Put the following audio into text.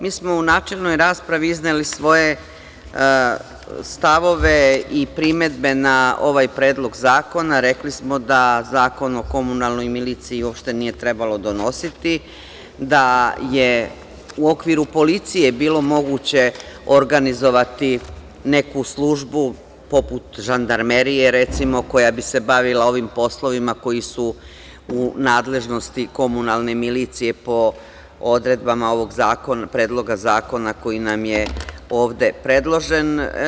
Mi smo u načelnoj raspravi izneli svoje stavove i primedbe na ovaj predlog zakona, rekli smo da zakon o komunalnoj miliciji uopšte nije trebalo donositi, da je u okviru policije bilo moguće organizovati neku službu poput žandarmerije, recimo, koja bi se bavila ovim poslovima koji su u nadležnosti komunalne milicije po odredbama ovog predloga zakona koji nam je ovde predložen.